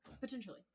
Potentially